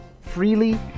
freely